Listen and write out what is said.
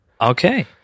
Okay